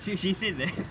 she she said that